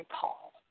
Paul